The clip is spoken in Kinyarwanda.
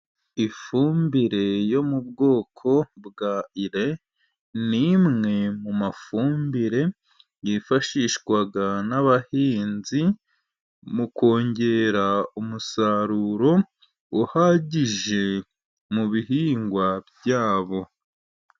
Ifumbire yo mu bwoko bwa ire, ni imwe mu mafumbire yifashishwa n'abahinzi, mu kongera umusaruro uhagije mu bihingwa byabo.